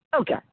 Okay